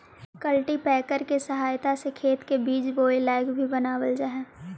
cultipacker के सहायता से खेत के बीज बोए लायक भी बनावल जा हई